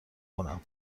کنم